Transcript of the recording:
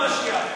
המשיח.